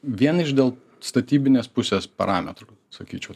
vien iš dėl statybinės pusės parametrų sakyčiau